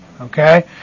Okay